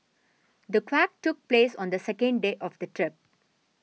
the quake took place on the second day of the trip